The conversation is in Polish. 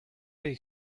tej